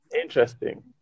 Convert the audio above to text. Interesting